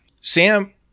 Sam